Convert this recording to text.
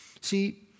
See